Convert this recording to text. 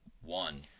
one